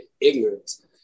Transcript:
ignorance